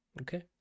Okay